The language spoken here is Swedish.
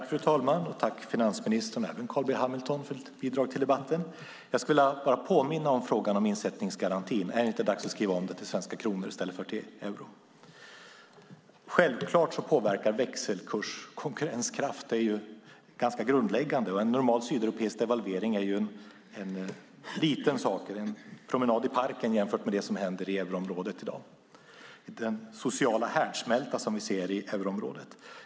Fru talman! Tack, finansministern. Tack, Carl B Hamilton för ditt bidrag till debatten. Jag vill påminna om frågan om insättningsgarantin. Är det inte dags skriva om den till svenska kronor i stället för att ange den i euro? Självklart påverkar växelkursen konkurrenskraften; det är ganska grundläggande. En normal sydeuropeisk devalvering är en liten sak - en promenad i parken - jämfört med det som händer i euroområdet i dag. Det är en social härdsmälta som vi ser i euroområdet.